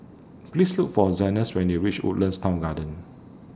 Please Look For Zenas when YOU REACH Woodlands Town Garden